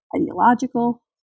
ideological